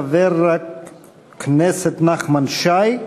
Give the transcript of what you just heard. חבר הכנסת נחמן שי,